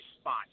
spot